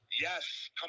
Yes